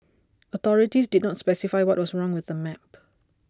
authorities did not specify what was wrong with the map